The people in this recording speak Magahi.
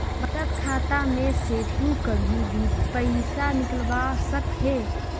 बचत खाता में से तु कभी भी पइसा निकलवा सकऽ हे